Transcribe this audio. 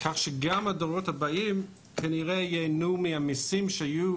כך שגם הדורות הבאים, כנראה, ייהנו מהמיסים שיהיו